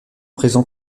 présent